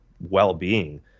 well-being